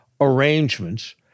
arrangements